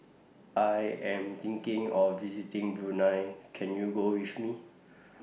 I Am thinking of visiting Brunei Can YOU Go with Me